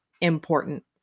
important